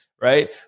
right